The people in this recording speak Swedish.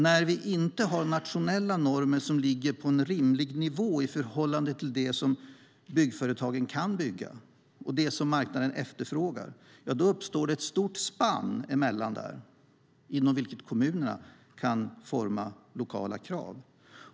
När vi inte har nationella normer som ligger på en rimlig nivå i förhållande till det som byggföretagen kan bygga och det som marknaden efterfrågar uppstår ett stort spann inom vilket kommunerna kan forma lokala krav.